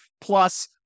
Plus